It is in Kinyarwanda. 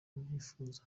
abyifuza